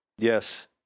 Yes